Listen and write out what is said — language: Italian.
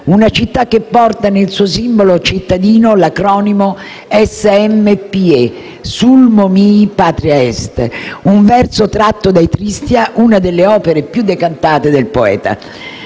una città che porta nel suo simbolo cittadino l'acronimo SMPE: «*Sulmo mihi patria est*», un verso tratto dai Tristia, una delle opere più decantate del poeta.